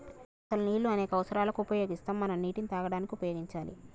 అసలు నీళ్ళు అనేక అవసరాలకు ఉపయోగిస్తాము మనం నీటిని తాగడానికి ఉపయోగించాలి